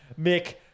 Mick